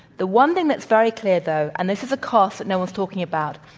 the one thing that's very clear, though, and this is a cost that no one's talking about,